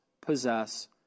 possess